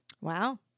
Wow